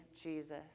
Jesus